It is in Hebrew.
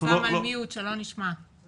העבודה --- יש תקלה אצל אסף.